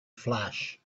flash